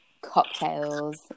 cocktails